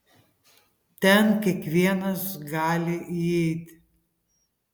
ten kiekvienas gali įeit